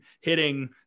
hitting